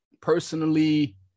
personally